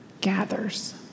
gathers